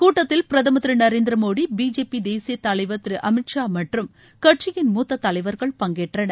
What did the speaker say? கூட்டத்தில் பிரதமர் திரு நரேந்திர மோடி பிஜேபி தேசிய தலைவர் திரு அமித் ஷா மற்றும் கட்சியின் மூத்த தலைவர்கள் பங்கேற்றனர்